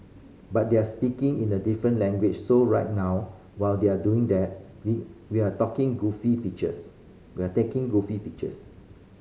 but they're speaking in a different language so right now while they're doing that we we're talking goofy pictures we're taking goofy pictures